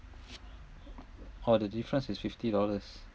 orh the difference is fifty dollars